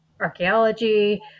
archaeology